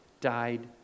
died